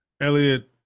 Elliot